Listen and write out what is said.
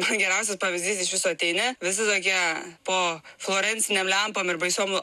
geriausias pavyzdys iš viso ateini visi tokie po florencinėm lempom ir baisiom